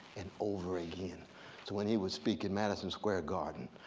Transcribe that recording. and over again. so when he would speak in madison square garden,